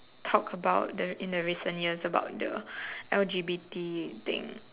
talked about the in the recent years about the L_G_B_T thing